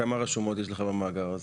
כמה רשומות יש לכם במאגר הזה?